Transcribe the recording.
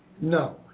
No